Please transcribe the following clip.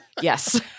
Yes